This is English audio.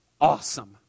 awesome